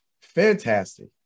fantastic